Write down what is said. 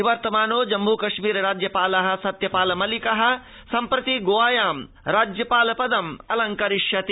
निवर्तमानो जम्मूकश्मीरराज्यपालः सत्यपाल मलिकः सम्प्रति गोवा राज्यपालपदम् अंगीकरिष्यति